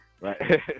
right